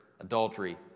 adultery